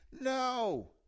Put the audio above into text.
No